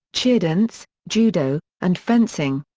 cheerdance, judo, and fencing.